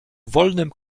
wolnym